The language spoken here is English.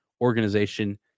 organization